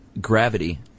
gravity